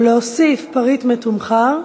או להוסיף פריט מתומחר,